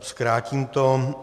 Zkrátím to.